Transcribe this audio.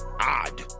odd